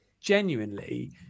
genuinely